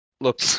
Look